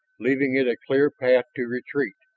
leaving it a clear path to retreat.